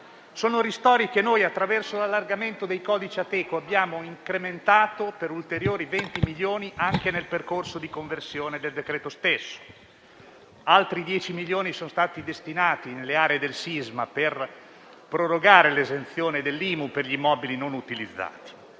Sono ristori che noi, attraverso l'allargamento dei codici Ateco, abbiamo incrementato per ulteriori 20 milioni di euro anche nel percorso di conversione del decreto stesso. Altri 10 milioni sono stati destinati alle aree del sisma, per prorogare l'esenzione dell'IMU per gli immobili non utilizzati.